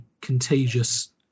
contagious